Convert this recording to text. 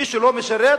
מי שלא משרת,